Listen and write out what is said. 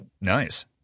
Nice